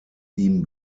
ihm